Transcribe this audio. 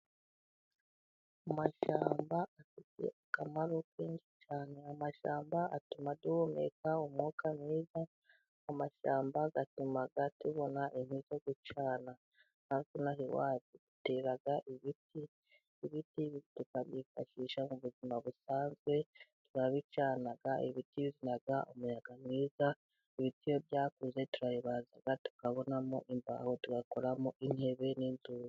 Amashyamba afite akamaro kenshi cyane, amashyamba atuma duhumeka umwuka mwiza, amashyamba atuma tubona inkwi zo gucana. Kubera ko hano iwacu, dutera ibiti, ibiti tukabyifashisha mu buzima busanzwe, turabicana, ibiti bizana umuyaga mwiza, ibiti iyo byakuze turabibaza, tukabonamo imbaho, tugakoramo intebe n'inzugi.